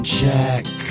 check